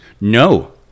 No